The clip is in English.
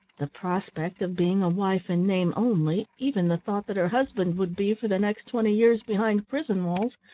the prospect of being a wife in name only, even the thought that her husband would be, for the next twenty years, behind prison walls,